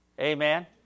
Amen